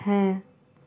ᱦᱮᱸ